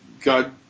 God